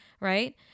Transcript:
right